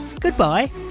goodbye